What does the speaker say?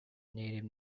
native